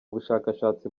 bushakashatsi